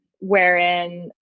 wherein